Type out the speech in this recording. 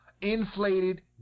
inflated